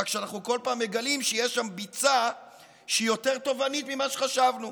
רק שאנחנו כל פעם מגלים שיש שם ביצה שהיא יותר טובענית ממה שחשבנו,